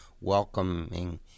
welcoming